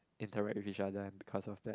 interactive with each other because of that